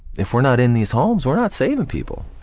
if we're not in these homes, we're not saving people,